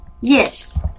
Yes